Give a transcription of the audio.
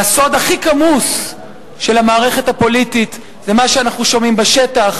והסוד הכי כמוס של המערכת הפוליטית זה מה שאנחנו שומעים בשטח,